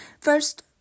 First